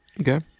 Okay